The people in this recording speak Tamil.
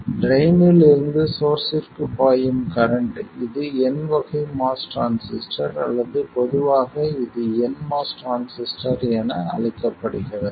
ட்ரைன் இல் இருந்து சோர்ஸ்ஸிற்கு பாயும் கரண்ட் இது n வகை MOS டிரான்சிஸ்டர் அல்லது பொதுவாக இது nMOS டிரான்சிஸ்டர் என அழைக்கப்படுகிறது